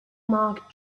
mark